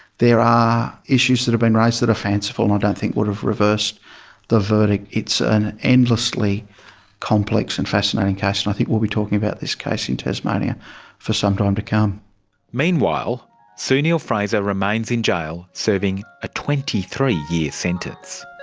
there are issues that have been raised that are fanciful and i don't think would have reversed the verdict. it's an endlessly complex and fascinating case. and i think we'll be talking about this case in tasmania for some time to meanwhile sue neill-fraser remains in jail serving a twenty three year sentence.